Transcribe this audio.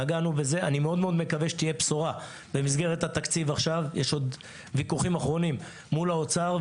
נגענו בזה, יש עוד ויכוחים אחרונים מול האוצר.